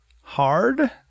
hard